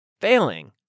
failing